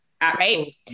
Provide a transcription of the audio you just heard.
Right